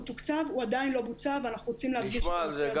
הוא תוקצב אבל הוא עדיין לא בוצע ואנחנו רוצים להדגיש את הנושא הזה.